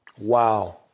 Wow